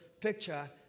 picture